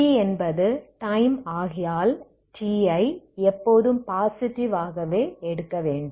t என்பது time ஆகையால் t ஐ எப்போதும் பாசிடிவ் ஆகவே எடுக்க வேண்டும்